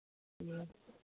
ꯎꯝ